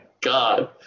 God